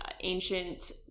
ancient